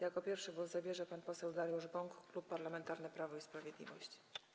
Jako pierwszy głos zabierze pan poseł Dariusz Bąk, Klub Parlamentarny Prawo i Sprawiedliwość.